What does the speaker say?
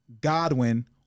Godwin